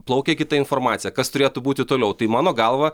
plaukia kita informacija kas turėtų būti toliau tai mano galva